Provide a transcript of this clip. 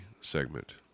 segment